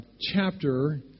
chapter